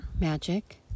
magic